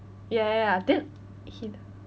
ya ya ya then he